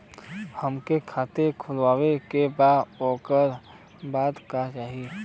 हमके खाता खोले के बा ओकरे बादे का चाही?